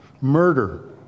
murder